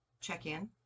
check-in